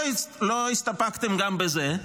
לא הסתפקתם גם בזה,